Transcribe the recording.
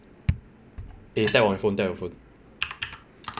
eh tap your phone tap your phone